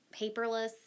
paperless